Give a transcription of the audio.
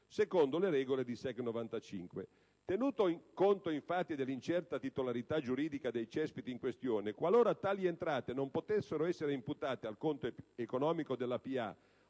secondo le regole di SEC95. Tenuto conto, infatti, dell'incerta titolarità giuridica dei cespiti in questione, qualora tali entrate non potessero essere imputate al conto economico della PA